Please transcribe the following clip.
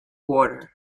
border